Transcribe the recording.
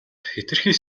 хэтэрхий